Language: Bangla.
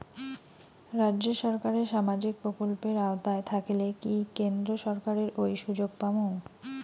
রাজ্য সরকারের সামাজিক প্রকল্পের আওতায় থাকিলে কি কেন্দ্র সরকারের ওই সুযোগ পামু?